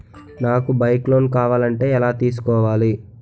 నాకు bike loan కావాలంటే ఎలా తీసుకోవాలి?